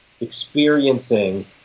experiencing